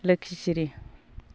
लोख्खिस्रि